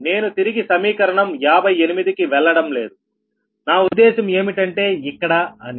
నేను తిరిగి సమీకరణం 58 కి వెళ్లడం లేదు నా ఉద్దేశం ఏమిటంటే ఇక్కడ అని